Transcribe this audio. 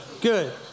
Good